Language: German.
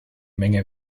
menge